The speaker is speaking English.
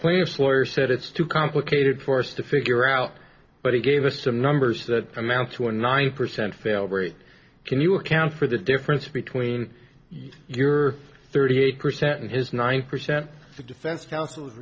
plaintiff's lawyer said it's too complicated for us to figure out but he gave us some numbers that amount to a nine percent fail rate can you account for the difference between your thirty eight percent and his nine percent the defense counsel